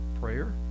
prayer